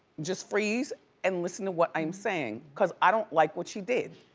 just freeze and listen to what i'm saying. cause i don't like what she did.